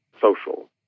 social